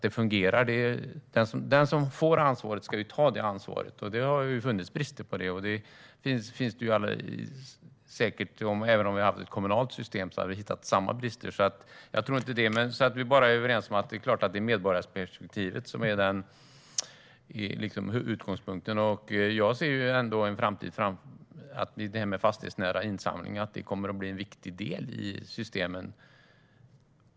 Den som får ansvaret ska ta ansvaret, och det har funnits brister. Även om det hade varit ett kommunalt system hade vi hittat samma brister. Låt oss vara överens om att det är klart att det är medborgarperspektivet som är utgångspunkten. Jag ser ändå en framtid där fastighetsnära insamling kommer att bli en viktig del i systemen.